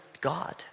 God